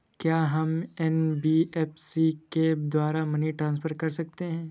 क्या हम एन.बी.एफ.सी के द्वारा मनी ट्रांसफर कर सकते हैं?